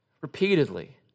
repeatedly